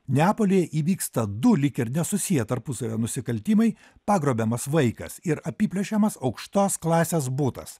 neapolyje įvyksta du lyg ir nesusiję tarpusavio nusikaltimai pagrobiamas vaikas ir apiplėšiamas aukštos klasės butas